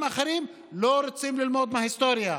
תודה רבה.